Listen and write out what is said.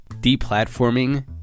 deplatforming